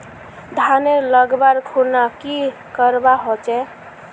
धानेर लगवार खुना की करवा होचे?